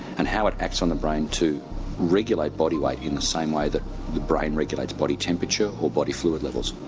and how it acts on the brain to regulate body weight in the same way that the brain regulates body temperature or body fluid levels.